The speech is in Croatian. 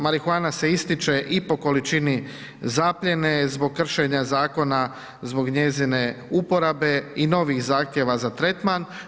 Marihuana se ističe i po količini zapljene zbog kršenja zakona zbog njezine uporabe i novih zahtjeva za tretman.